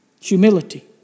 Humility